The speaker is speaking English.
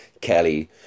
Kelly